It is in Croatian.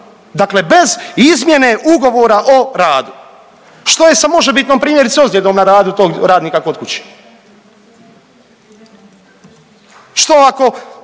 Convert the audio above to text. Dakle, bez izmjene ugovora o radu. Što je sa možebitnom primjerice ozljedom na radu tog radnika kod kuće? Što ako